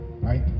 right